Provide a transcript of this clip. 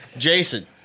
Jason